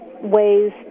ways